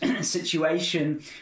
situation